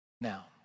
Now